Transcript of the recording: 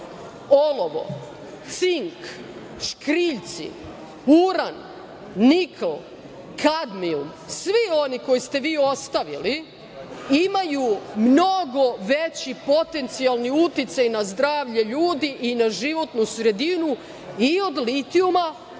olovo, cink, škriljci, uran, nikl, svi oni koje ste vi ostavili imaju mnogo veći potencijalni uticaj na zdravlje ljudi i na životnu sredinu i od litijuma